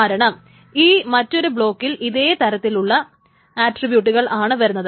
കാരണം ഈ മറ്റൊരു ബ്ളോക്കിൽ ഇതേ തരത്തിലുള്ള ആട്രിബ്യൂട്ട്കൾ ആണ് വരുന്നത്